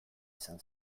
izan